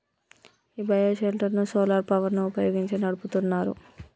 ఈ bio shelter ను solar power ని వుపయోగించి నడుపుతున్నారు